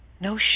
no